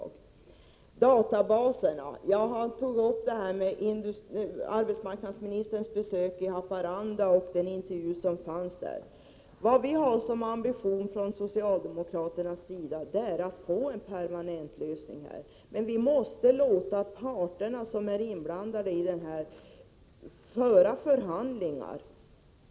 När det gäller databaserna tog Per-Ola Eriksson upp arbetsmarknadsministerns besök i Haparanda och intervjun som gjordes där. Vi socialdemokrater har ambitionen att få till stånd en permanent lösning, men de inblandade parterna måste få föra förhandlingar.